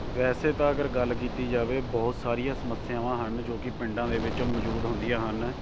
ਵੈਸੇ ਤਾਂ ਅਗਰ ਗੱਲ ਕੀਤੀ ਜਾਵੇ ਬਹੁਤ ਸਾਰੀਆਂ ਸਮੱਸਿਆਵਾਂ ਹਨ ਜੋ ਕਿ ਪਿੰਡਾਂ ਦੇ ਵਿੱਚ ਮੌਜੂਦ ਹੁੰਦੀਆਂ ਹਨ